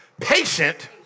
patient